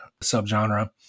subgenre